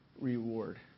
reward